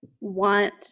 want